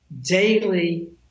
daily